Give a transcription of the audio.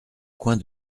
coin